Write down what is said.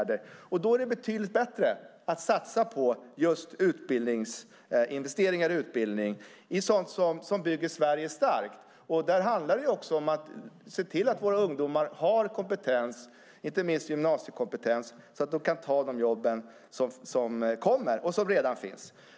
Det är betydligt bättre att satsa på investering i utbildning och i sådant som bygger Sverige starkt. Det handlar om att se till att våra ungdomar har kompetens - inte minst gymnasiekompetens - så att de kan ta de jobb som redan finns och som kommer.